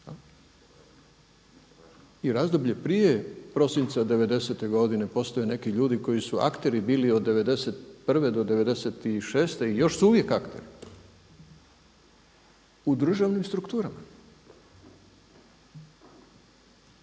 I razdoblje prije prosinca 90-te godine postoje neki ljudi koji su akteri bili od 91. do 96. i još su uvijek akteri u državnim strukturama čije